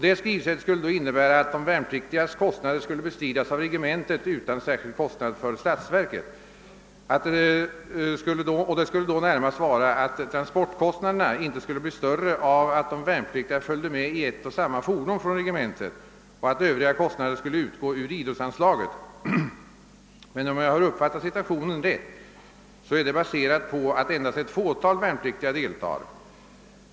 Detta skrivsätt skulle innebära att de värnpliktigas kostnader skulle kunna bestridas av regementet utan särskild kostnad för statsverket genom att transportkostnaderna inte blir större när de värnpliktiga kan färdas i samma fordon som officerare och underbefäl. Övriga kostnader skulle bestridas genom idrottsanslaget. Om jag uppfattat situationen rätt är dock detta resonemang baserat på att endast ett fåtal värnpliktiga skall delta.